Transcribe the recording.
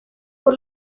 por